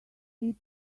eat